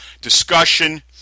discussion